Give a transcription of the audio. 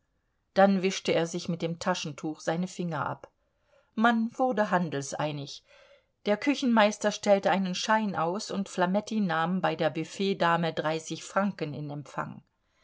dann wischte er sich mit dem taschentuch seine finger ab man wurde handelseinig der küchenmeister stellte einen schein aus und flametti nahm bei der büfettdame dreißig franken in empfang